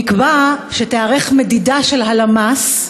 נקבע שתיערך מדידה של הלמ"ס,